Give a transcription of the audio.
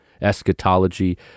eschatology